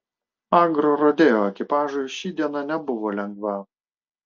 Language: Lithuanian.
agrorodeo ekipažui ši diena nebuvo lengva